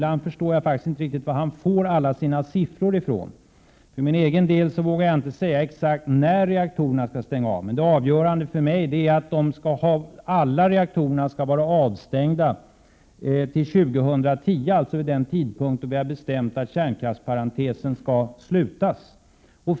Ibland förstår jag faktiskt inte varifrån han får alla sina siffror. Jag för min del vågar inte säga exakt när reaktorerna skall stängas av. Det avgörande för mig är att alla reaktorer skall vara avstängda senast 2010, alltså vid den tidpunkt då vi har bestämt att kärnkraftsparentesen skall avslutas.